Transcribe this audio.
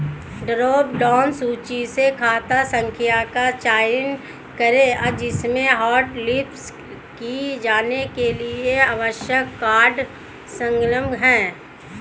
drop down सूची से खाता संख्या का चयन करें जिसमें हॉटलिस्ट किए जाने के लिए आवश्यक कार्ड संलग्न है